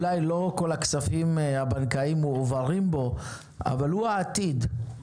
שאולי לא כול הכספים הבנקאיים מועברים בו אבל הוא העתיד,